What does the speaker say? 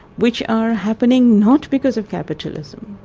which are happening not because of capitalism,